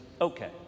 Okay